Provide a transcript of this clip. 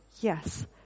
yes